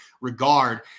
regard